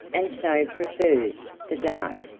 and so prefers the dark,